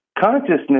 consciousness